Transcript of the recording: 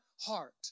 heart